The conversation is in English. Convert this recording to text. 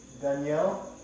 Danielle